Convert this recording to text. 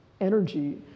energy